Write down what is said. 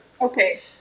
Okay